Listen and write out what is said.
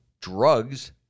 drugs